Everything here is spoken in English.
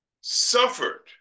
suffered